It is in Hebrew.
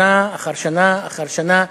שנה אחר שנה אחר שנה,